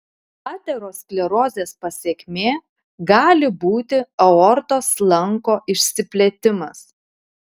aterosklerozės pasekmė gali būti aortos lanko išsiplėtimas